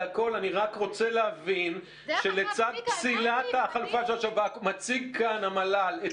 אני רק רוצה להבין שלצד פסילת החלופה של השב"כ מציג כאן המל"ל את